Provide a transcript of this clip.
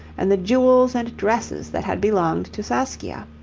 and the jewels and dresses that had belonged to saskia.